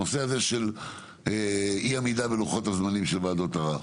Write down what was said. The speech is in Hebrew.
הנושא הזה של אי עמידה בלוחות הזמנים של וועדות ערר.